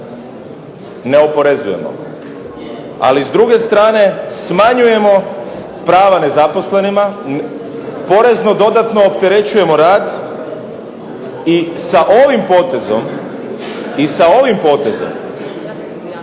ne oporezujemo, ali s druge strane smanjujemo prava nezaposlenima, porezno dodatno opterećujemo rad i sa ovim potezom kojim je